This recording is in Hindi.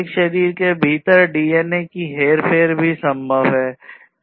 एक शरीर के भीतर डीएनए की हेरफेर भी संभव है